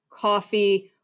coffee